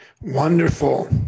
Wonderful